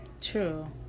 True